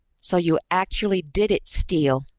so you actually did it, steele!